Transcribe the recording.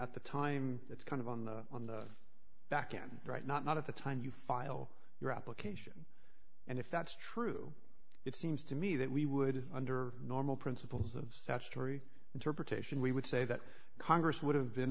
at the time it's kind of on the on the back again right not not at the time you file your application and if that's true it seems to me that we would under normal principles of statutory interpretation we would say that congress would have been